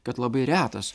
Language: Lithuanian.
kad labai retas